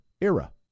era